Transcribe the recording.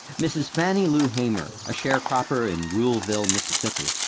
mrs. fannie lou hamer, a sharecropper in ruleville, mississippi,